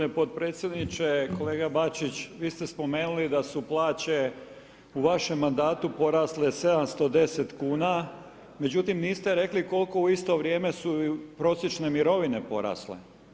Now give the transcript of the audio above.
Zahvaljujem g. potpredsjedniče, kolega Bačić, vi ste spomenuli da su plaće u vašem mandatu porasle 710 kn, međutim, niste rekli koliko u isto vrijeme su i prosječne mirovine porasle.